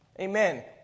Amen